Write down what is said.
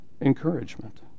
encouragement